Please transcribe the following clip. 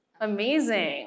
Amazing